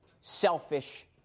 selfish